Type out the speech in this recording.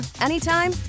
anytime